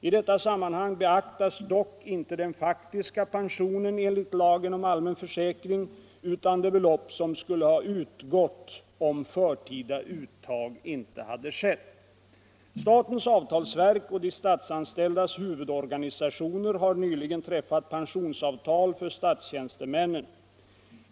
I detta sammanhang beaktas dock inte den faktiska pensionen enligt lagen om allmän försäkring utan det belopp som skulle ha utgått om förtida uttag inte hade skett. Statens avtalsverk och de statsanställdas huvudorganisationer har nyligen träffat pensionsavtal för statstjänstemännen.